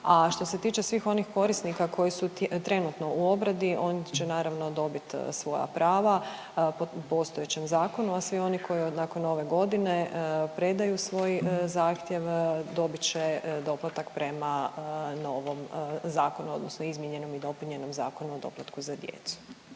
A što se tiče svih onih korisnika koji su trenutno u obradi oni će naravno dobit svoja prava po postojećem zakonu, a svi oni koji nakon nove godine predaju svoj zahtjev dobit će doplatak prema novom zakonu odnosno izmijenjenom i dopunjenom Zakonu o doplatku za djecu.